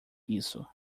isso